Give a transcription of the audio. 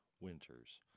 Winters